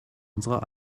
unserer